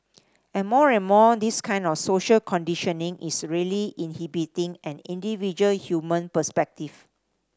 and more and more this kind of social conditioning is really inhibiting an individual human perspective